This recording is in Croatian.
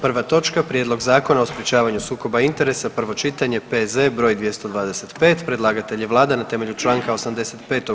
Prva točka: - Prijedlog Zakona o sprječavanju sukoba interesa, prvo čitanje, P.Z. broj 225 Predlagatelj je vlada na temelju Članka 85.